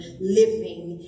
living